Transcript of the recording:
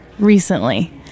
Recently